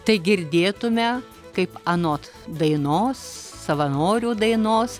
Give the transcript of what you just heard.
tai girdėtume kaip anot dainos savanorių dainos